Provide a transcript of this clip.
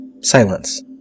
Silence